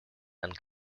and